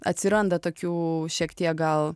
atsiranda tokių šiek tiek gal